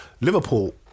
Liverpool